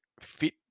fit